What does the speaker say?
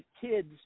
kids